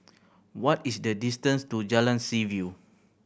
what is the distance to Jalan Seaview